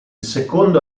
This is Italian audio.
secondo